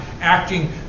acting